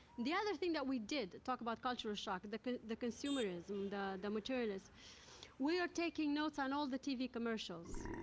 the other thing that we did talk about culture ah shock the the consumerism, the the materialness. we we are taking notes on all the t v. commercials.